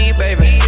baby